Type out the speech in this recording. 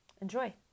enjoy